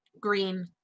green